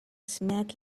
smack